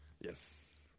Yes